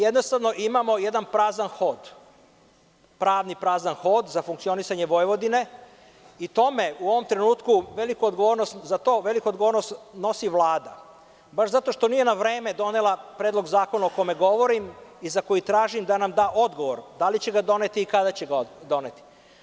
Jednostavno imamo jedan prazan hod pravni za funkcionisanje Vojvodine i za to u ovom trenutku veliku odgovornost nosi Vlada baš zato što nije na vreme donela predlog zakona o kome govorim i za koji tražim da nam da odgovor – da li će ga doneti i kada će ga doneti?